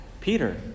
Peter